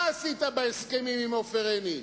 מה עשית בהסכמים עם עופר עיני?